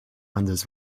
anders